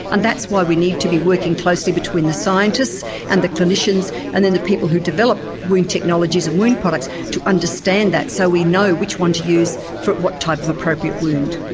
and that's why we need to be working closely between the scientists and the clinicians and then the people who develop wound technologies and wound products to understand that, so we know which one to use for what type of appropriate wound.